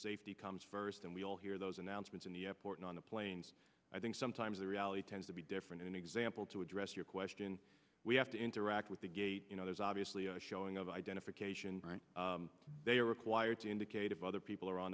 safety comes first and we all hear those announcements in the airport on the planes i think sometimes the reality tends to be different an example to address your question we have to interact with the gate you know there's obviously a showing of identification right they are required to indicate if other people are on